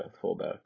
fullback